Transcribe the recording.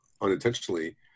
unintentionally